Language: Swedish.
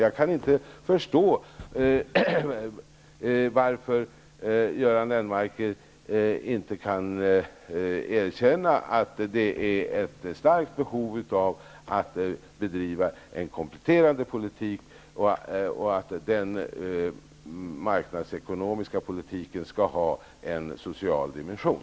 Jag kan inte förstå varför Göran Lennmarker inte kan erkänna att det finns ett starkt behov av att man bedriver en kompletterande politik och att den marknadsekonomiska politiken skall ha en social dimension.